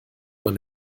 man